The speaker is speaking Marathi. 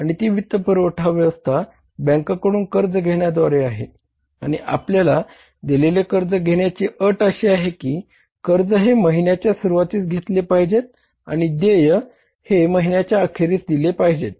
ही रक्कम जानेवारी महिन्याची अखेर शिल्लक हे महिन्याच्या अखेरीस दिले पाहिजे